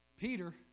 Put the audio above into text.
Peter